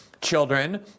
children